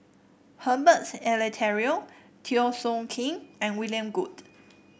Herbert Eleuterio Teo Soon Kim and William Goode